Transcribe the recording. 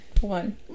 One